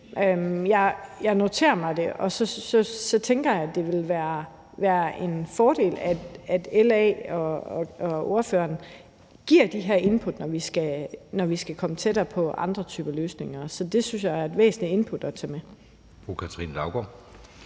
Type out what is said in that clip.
Jeg noterer mig det, og så tænker jeg, at det ville være en fordel, at LA og ordføreren giver de her input, når vi skal komme tættere på andre typer løsninger. Så det synes jeg er et væsentligt input at tage med.